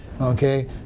Okay